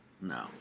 No